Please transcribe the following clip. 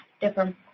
different